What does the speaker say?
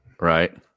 Right